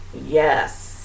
Yes